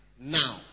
now